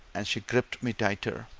and she gripped me tighter.